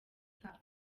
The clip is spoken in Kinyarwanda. kabo